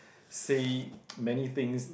say many things